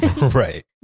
right